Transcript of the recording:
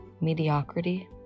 mediocrity